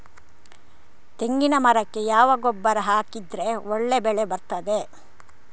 ತೆಂಗಿನ ಮರಕ್ಕೆ ಯಾವ ಗೊಬ್ಬರ ಹಾಕಿದ್ರೆ ಒಳ್ಳೆ ಬೆಳೆ ಬರ್ತದೆ?